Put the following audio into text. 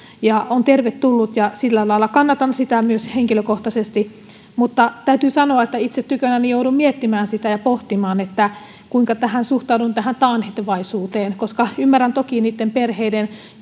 ja joka on tervetullut ja sillä lailla kannatan sitä myös henkilökohtaisesti mutta täytyy sanoa että itse tykönäni joudun miettimään ja pohtimaan sitä kuinka suhtaudun tähän taannehtivaisuuteen ymmärrän toki niitten perheiden